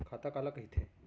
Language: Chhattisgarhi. खाता काला कहिथे?